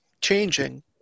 changing